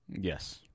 Yes